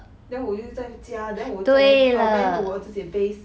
then 我又在加 then 我 ferment to 我自己的 base